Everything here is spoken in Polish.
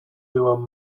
byłam